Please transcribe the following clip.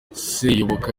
seyoboka